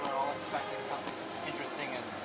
expecting something interesting and